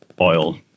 oil